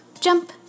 jump